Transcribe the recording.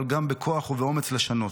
אבל גם בכוח ובאומץ לשנות.